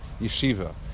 yeshiva